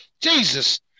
Jesus